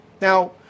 Now